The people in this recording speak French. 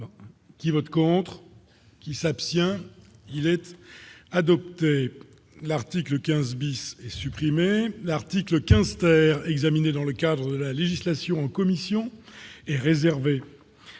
Qui vote contre qui s'abstient être. Adopté l'article 15 bis et supprimer l'article 15 ter, dans le cadre de la législation en commission et réservé.